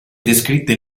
descritte